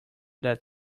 that